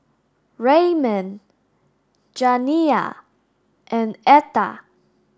Raymon Janiah and Etta